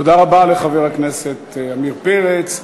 תודה רבה לחבר הכנסת עמיר פרץ.